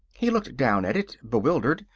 he looked down at it, bewildered,